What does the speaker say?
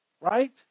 right